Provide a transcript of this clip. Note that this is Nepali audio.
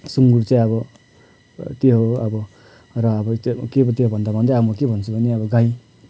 सुँगुर चाहिँ अब त्यो हो अब र अब त्यो के पो त्यो भन्दा भन्दै अब म के भन्छु भने अब गाई